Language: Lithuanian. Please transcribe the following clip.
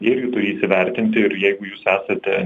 irgi turi įsivertinti ir jeigu jūs esate